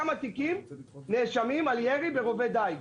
כמה תיקים נפתחו לנאשמים על ירי ברובי דיג,